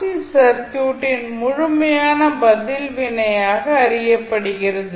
C சர்க்யூட்டின் முழுமையான பதில் வினையாக அறியப் படுகிறது